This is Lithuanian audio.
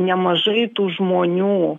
nemažai tų žmonių